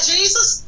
Jesus